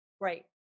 Right